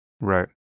Right